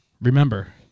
remember